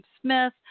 Smith